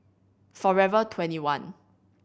Forever Twenty one